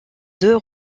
deux